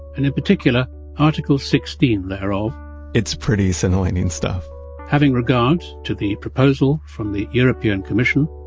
and in particular article sixteen thereof it's pretty scintillating stuff having regard to the proposal from the european commission,